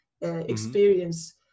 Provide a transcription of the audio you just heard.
experience